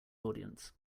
audience